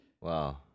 Wow